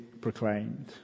proclaimed